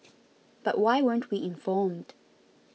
but why weren't we informed